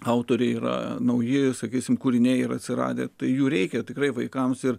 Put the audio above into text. autoriai yra naujieji sakysime kūriniai yra atsiradę jų reikia tikrai vaikams ir